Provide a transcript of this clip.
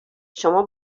شما